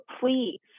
please